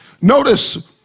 Notice